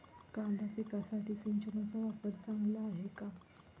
कांदा पिकासाठी सिंचनाचा वापर चांगला आहे का?